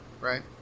Right